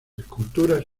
esculturas